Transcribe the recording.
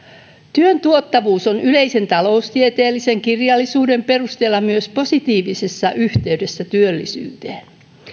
työn tuottavuus on yleisen taloustieteellisen kirjallisuuden perusteella myös positiivisessa yhteydessä työllisyyteen